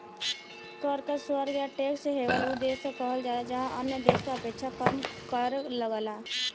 कर क स्वर्ग या टैक्स हेवन उ देश के कहल जाला जहाँ अन्य देश क अपेक्षा कम कर लगला